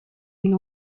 une